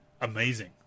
amazing